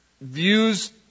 views